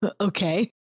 Okay